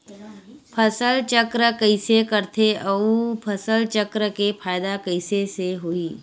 फसल चक्र कइसे करथे उ फसल चक्र के फ़ायदा कइसे से होही?